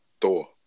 Thor